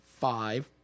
five